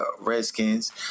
Redskins